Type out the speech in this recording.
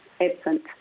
absent